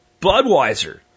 Budweiser